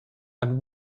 and